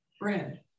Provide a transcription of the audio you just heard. bread